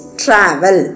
travel